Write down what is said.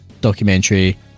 documentary